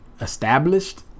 established